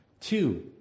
Two